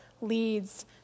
leads